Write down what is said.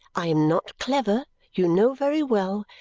i am not clever, you know very well,